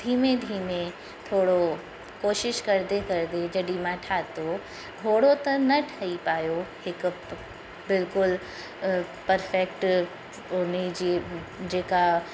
धीमे धीमे थोरो कोशिश करंदे करंदे जॾहिं मां ठाहियो ओड़ो त न ठही पायो हिकु बिल्कुलु पर्फ़ेक्ट उन जी जेका